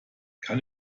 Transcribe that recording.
kann